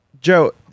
Joe